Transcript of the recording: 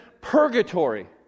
purgatory